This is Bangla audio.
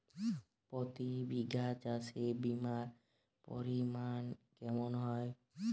প্রতি বিঘা চাষে বিমার পরিমান কেমন হয়?